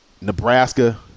Nebraska